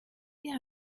hier